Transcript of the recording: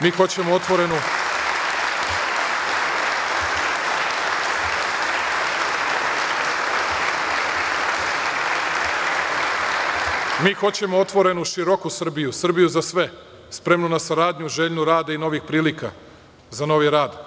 Mi hoćemo otvorenu, široku Srbiju, Srbiju za sve, spremnu na saradnju, željnu rada i novih prilika za novi rad.